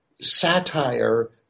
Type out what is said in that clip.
satire